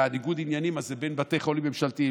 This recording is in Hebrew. וניגוד העניינים הזה בין בתי חולים ממשלתיים